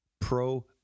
pro